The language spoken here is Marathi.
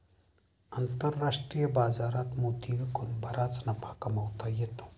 आंतरराष्ट्रीय बाजारात मोती विकून बराच नफा कमावता येतो